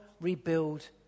rebuild